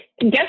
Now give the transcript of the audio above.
guess